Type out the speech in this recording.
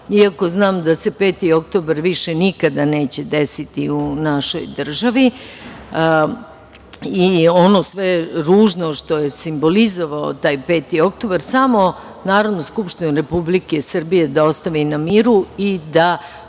iako znam da se 5. oktobar više nikada neće desiti u našoj državi, i ono sve ružno što je simbolizovao taj 5. oktobar, samo Narodnu skupštinu Republike Srbije da ostavi na miru i da